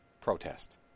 protest